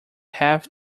path